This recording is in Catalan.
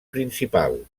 principal